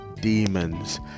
demons